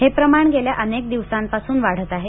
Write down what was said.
हे प्रमाण गेल्या अनेक दिवसांपासून वाढत आहे